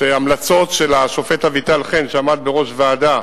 ההמלצות של השופט אביטל חן שעמד בראש ועדה